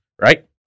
right